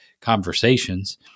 conversations